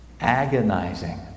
agonizing